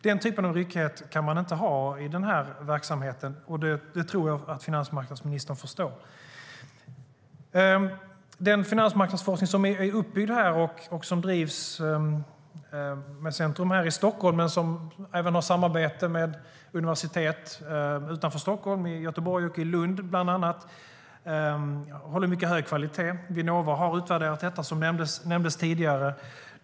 Denna typ av ryckighet kan man inte ha i verksamheten, och det tror jag att finansmarknadsministern förstår. Finansmarknadsforskningen, med centrum i Stockholm och i samarbete med universiteten i bland annat Göteborg och Lund, håller mycket hög kvalitet. Vinnova har utvärderat detta, vilket nämndes tidigare.